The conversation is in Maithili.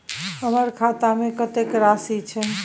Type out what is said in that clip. हमर खाता में कतेक राशि छै?